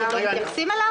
אתם מתייחסים אליו?